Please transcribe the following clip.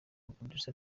producer